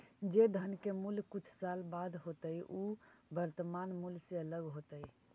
जे धन के मूल्य कुछ साल बाद होतइ उ वर्तमान मूल्य से अलग होतइ